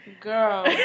Girl